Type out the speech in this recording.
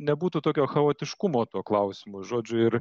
nebūtų tokio chaotiškumo tuo klausimu žodžiu ir